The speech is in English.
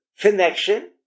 connection